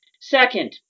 Second